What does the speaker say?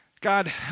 God